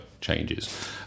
changes